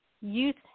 youth